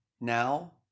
now